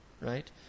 Right